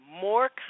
More